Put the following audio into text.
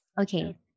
Okay